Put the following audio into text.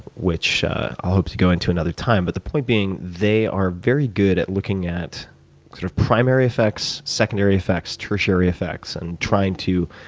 which i'll hope to go into another time. but the point being, they are very good at looking at sort of primary effects, secondary effects, tertiary effects, and trying to